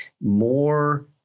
more